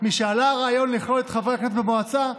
משעלה הרעיון לכלול את חברי הכנסת במועצה,